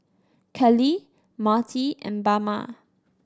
Kellie Marty and Bama